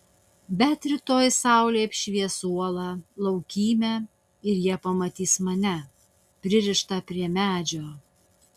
bet rytoj saulė apšvies uolą laukymę ir jie pamatys mane pririštą prie medžio